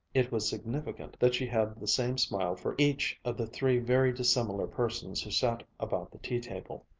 it was significant that she had the same smile for each of the three very dissimilar persons who sat about the tea-table.